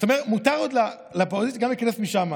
מותר לאופוזיציה להיכנס גם משם,